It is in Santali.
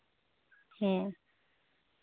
ᱦᱮᱸ